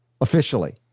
officially